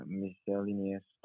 miscellaneous